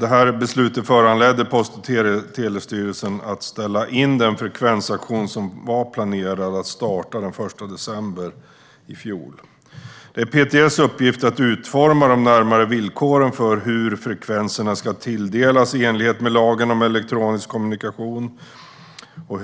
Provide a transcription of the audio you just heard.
Detta beslut föranledde Post och telestyrelsen, PTS, att ställa in den frekvensauktion som var planerad att starta den 1 december i fjol. Det är PTS uppgift att utforma de närmare villkoren för hur frekvenserna ska tilldelas i enlighet med lagen om elektronisk kommunikation.